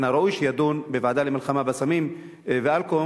מן הראוי שיידון בוועדה למלחמה בסמים ואלכוהול,